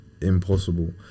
impossible